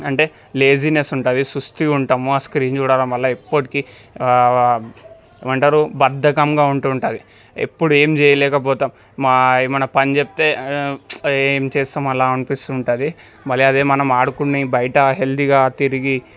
అంటే లేజీనెస్ ఉంటుంది సుస్తిగా ఉంటాము ఆ స్క్రీన్ చూడటం వల్ల ఎప్పటికీ ఏమంటారు బద్ధకంగా ఉంటూ ఉంటుంది ఎప్పుడు ఏం చేయలేకపోతాము మా ఏమైనా పని చెప్తే ఏం చేస్తాము అలా అనిపిస్తుంటుంది మళ్ళీ అదే మనం ఆడుకొని బయట హెల్దీగా తిరిగి